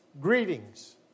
Greetings